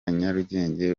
nyarugenge